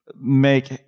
make